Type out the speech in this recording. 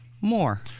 more